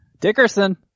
Dickerson